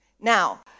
Now